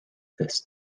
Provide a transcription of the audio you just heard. this